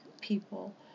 people